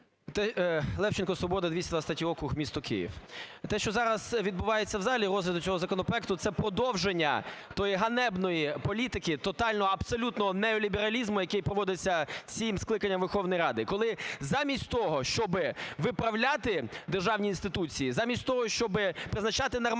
Левченко, "Свобода", 223 округ, місто Київ. Те, що зараз відбувається в залі, розгляд цього законопроекту, це продовження тієї ганебної політики тотального абсолютно неолібералізму, який проводиться цим скликанням Верховної Ради, коли замість того, щоби виправляти державні інституції, замість того, щоби призначати нормальних